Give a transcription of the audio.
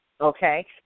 okay